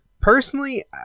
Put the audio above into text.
personally